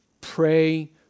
pray